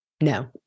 no